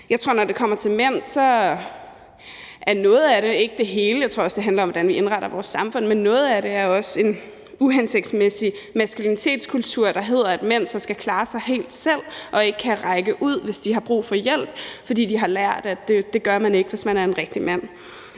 Jeg tror, at når det kommer til mænd, så har noget af det – ikke det hele, for jeg tror også, det handler om, hvordan vi indretter vores samfund – at gøre med en uhensigtsmæssig maskulinitetskultur, der går på, at mænd skal klare sig helt selv og ikke kan række ud, hvis de har brug for hjælp, fordi de har lært, at det gør man ikke, at man er en rigtig mand.